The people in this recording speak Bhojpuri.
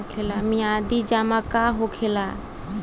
मियादी जमा का होखेला?